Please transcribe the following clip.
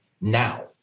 now